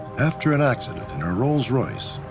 after an accident in her rolls-royce,